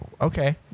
okay